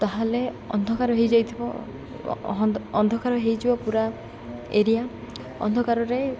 ତା'ହେଲେ ଅନ୍ଧକାର ହେଇଯାଇଥିବ ଅନ୍ଧକାର ହେଇଯିବ ପୁରା ଏରିଆ ଅନ୍ଧକାରରେ